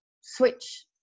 switch